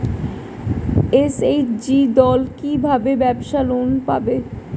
SHG দল কী ভাবে ব্যাবসা লোন পাবে?